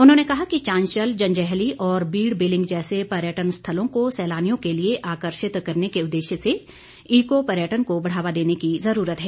उन्होंने कहा कि चांशल जंजैहली और बीड बिलिंग जैसे पर्यटन स्थलों को सैलानियों के लिए आकर्षित करने के उददेश्य से इको पर्यटन को बढ़ावा देने की जरूरत है